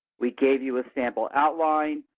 we gave you a sample outline.